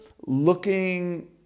looking